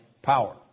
Power